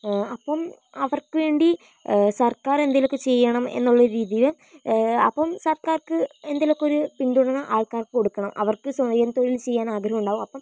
അപ്പം അവർക്കുവേണ്ടി സർക്കാർ എന്തെങ്കിലൊക്കെ ചെയ്യണം എന്നുള്ളൊരു രീതിയില് അപ്പം സർക്കാർക്ക് എന്തേലുമൊക്കെയൊരു പിന്തുണ ആൾക്കാർക്ക് കൊടുക്കണം അവർക്ക് സ്വയംതൊഴിൽ ചെയ്യാനാഗ്രഹമുണ്ടാവും അപ്പം